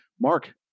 Mark